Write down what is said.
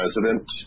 president